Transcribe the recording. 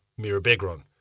mirabegron